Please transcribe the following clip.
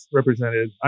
represented